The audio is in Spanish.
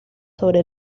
sobre